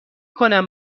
کنم